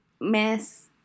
Mess